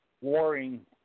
warring